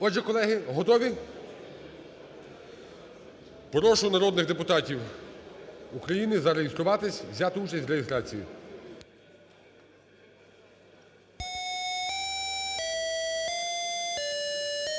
Отже, колеги, готові? Прошу народних депутатів України зареєструватись, взяти участь в реєстрації.